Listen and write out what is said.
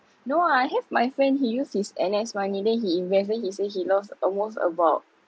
no ah I have my friend he use his N_S money then he invest then he say he lost almost about